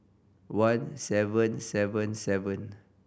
one seven seven seven